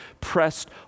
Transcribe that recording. pressed